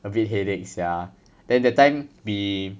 a bit headache sia then that time we